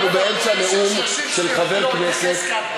אנחנו באמצע נאום של חבר כנסת.